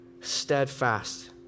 steadfast